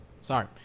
Sorry